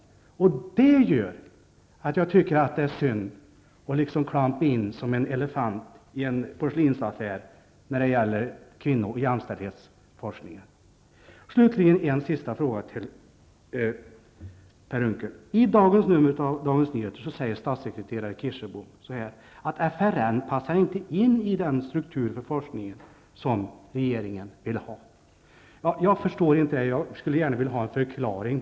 Det gör att jag tycker att det är synd att klampa in som en elefant i en porslinsaffär när det gäller kvinno och jämställdhetsforskningen. Slutligen en sista fråga till Per Unckel. I dagens nummer av Dagens Nyheter säger statssekreterare Kirsebom att FRN inte passar in i den struktur för forskningen som regeringen vill ha. Jag förstår inte det, och jag skulle gärna vilja ha en förklaring.